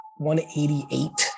188